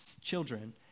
children